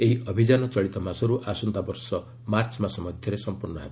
ଏହି ଅଭିଯାନ ଚଳିତ ମାସରୁ ଆସନ୍ତା ବର୍ଷ ମାର୍ଚ୍ଚ ମାସ ମଧ୍ୟରେ ସମ୍ପର୍ଣ୍ଣ ହେବ